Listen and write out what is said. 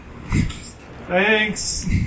Thanks